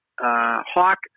Hawk